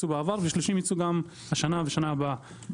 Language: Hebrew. ו-30 ייצאו גם השנה ושנה הבאה.